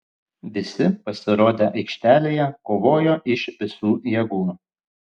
visi pasirodę aikštelėje kovojo iš visų jėgų